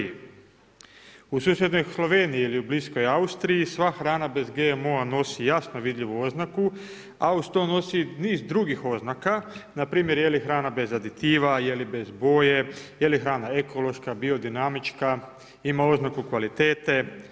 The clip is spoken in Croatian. U susjednoj Sloveniji ili bliskoj Austriji sva hrana bez GMO nosi jasno vidljivu oznaku, a uz to nosi niz drugih oznaka, npr. je li hrana bez aditiva, je li bez boje, je li hrana ekološka bio dinamička, ima oznaku kvalitete.